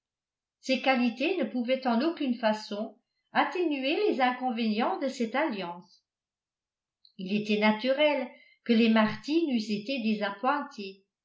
ces qualités ne pouvaient en aucune façon atténuer les inconvénients de cette alliance il était naturel que les martin eussent été désappointés